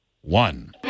one